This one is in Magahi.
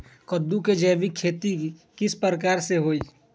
कददु के जैविक खेती किस प्रकार से होई?